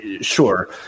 Sure